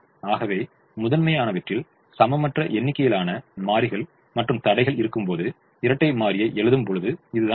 ஆகவே முதன்மையானவற்றில் சமமற்ற எண்ணிக்கையிலான மாறிகள் மற்றும் தடைகள் இருக்கும்போது இரட்டைமாறி எழுதும் முறை இதுதான்